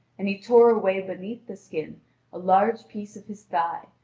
and he tore away beneath the skin a large piece of his thigh,